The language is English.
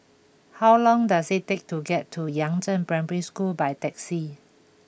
how long does it take to get to Yangzheng Primary School by taxi